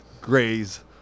graze